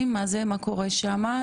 איפה זה אזור אישי?